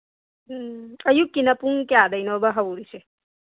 ꯎꯝ ꯑꯌꯨꯛꯀꯤ ꯄꯨꯡ ꯀꯌꯥꯗꯩꯅꯣꯕ ꯍꯧꯔꯤꯁꯦ